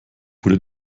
wurde